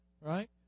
Right